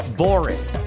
boring